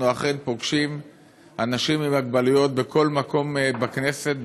אנחנו אכן פוגשים אנשים עם מוגבלויות בכל מקום בכנסת,